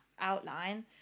outline